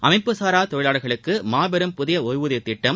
அமைப்புசாரா தொழிலாளர்களுக்கு மாபெரும் புதிய ஒய்வூதியத் திட்டம்